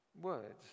words